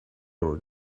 were